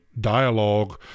dialogue